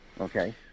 Okay